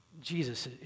Jesus